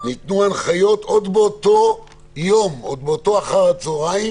ניתנו הנחיות עוד באותו יום, עוד באותו אחר הצהרים